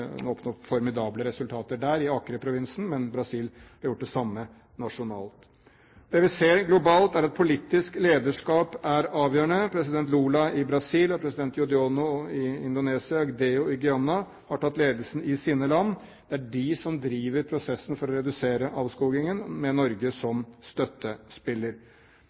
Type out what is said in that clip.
oppnå formidable resultater der – i Acre-provinsen – men Brasil har gjort det samme nasjonalt. Det vi ser globalt, er at politisk lederskap er avgjørende. President Lula i Brasil, president Yudhoyono i Indonesia og president Jagdeo i Guyana har tatt ledelsen i sine land. Det er de som driver prosessen for å redusere avskogingen, med Norge som støttespiller.